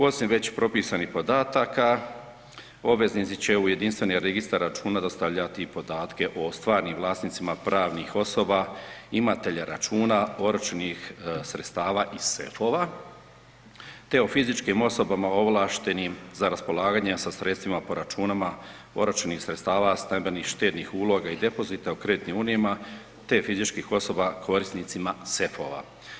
Osim već propisanih podataka obveznici će u jedinstveni registar računa dostavljati i podatke o stvarnim vlasnicima pravnih osoba imatelja računa oročenih sredstava i sefova te o fizičkim osobama ovlaštenim za raspolaganje sa sredstvima po računima oročenih sredstava stambenih štednih uloga i depozita u kreditnim unijama te fizičkih osoba korisnicima sefova.